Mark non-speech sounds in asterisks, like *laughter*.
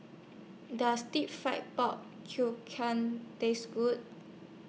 Does Deep Fried Pork *unintelligible* Taste Good